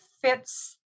fits